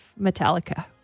Metallica